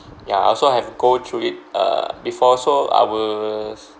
ya I also have go through it uh before so I will